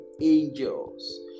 angels